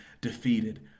defeated